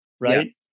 right